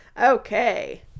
Okay